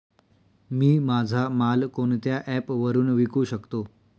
मी माझा माल कोणत्या ॲप वरुन विकू शकतो?